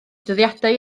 dyddiadau